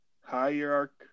Hierarchy